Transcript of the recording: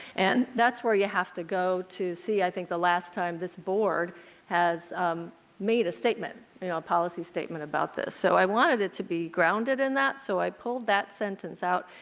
and where you have to go to see, i think the last time this board has made a statement, a ah policy statement about this. so i wanted it to be grounded in that. so i pulled that sentence out.